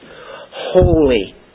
Holy